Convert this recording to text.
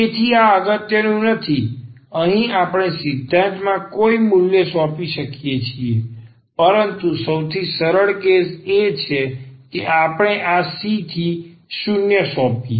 તેથી આ અગત્યનું નથી અહીં આપણે સિદ્ધાંતમાં કોઈ મૂલ્ય સોંપી શકીએ છીએ પરંતુ સૌથી સરળ કેસ એ છે કે આપણે આ C થી 0 સોંપીએ